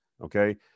okay